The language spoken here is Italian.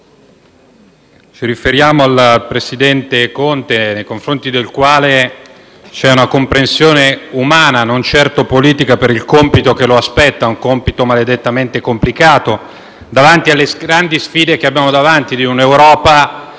ci rivolgiamo al presidente Conte, nei confronti del quale vi è una comprensione umana, non certo politica, per il compito che lo aspetta; un compito maledettamente complicato, a fronte delle grandi sfide che abbiamo davanti, in un'Europa